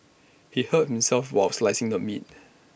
he hurt himself while slicing the meat